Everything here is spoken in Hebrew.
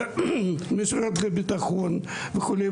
למשרד הבטחון וכו'.